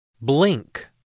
Blink